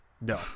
no